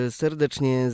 serdecznie